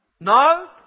No